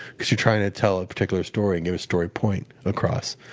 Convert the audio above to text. because you're trying to tell a particular story and get a story point across.